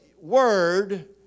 word